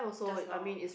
just now